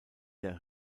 der